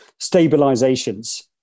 stabilizations